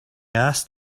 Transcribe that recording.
asked